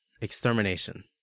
Extermination